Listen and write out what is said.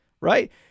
right